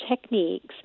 techniques